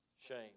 Shame